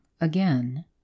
again